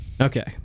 Okay